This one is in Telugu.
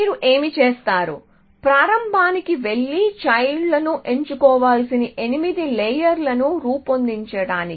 మీరు ఏమి చేస్తారు ప్రారంభానికి వెళ్లి చైల్డ్ లు ఎంచుకోవలసిన 8 లేయర్ లను రూపొందించడానికి